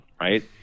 right